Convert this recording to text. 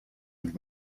and